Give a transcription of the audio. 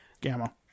Gamma